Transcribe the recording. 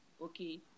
okay